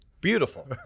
Beautiful